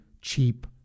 cheap